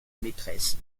maîtresse